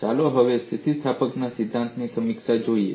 ચાલો હવે સ્થિતિસ્થાપકતાના સિદ્ધાંતની સમીક્ષા જોઈએ